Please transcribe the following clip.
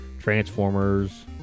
Transformers